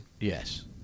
yes